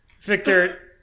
Victor